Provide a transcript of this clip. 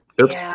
Oops